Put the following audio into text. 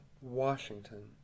Washington